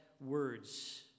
words